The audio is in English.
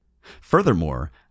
furthermore